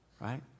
Right